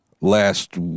last